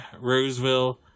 Roseville